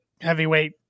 heavyweight